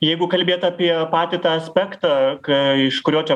jeigu kalbėt apie patį tą aspektą ką iš kurio čia